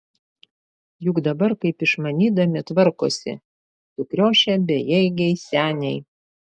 juk dabar kaip išmanydami tvarkosi sukriošę bejėgiai seniai